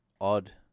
odd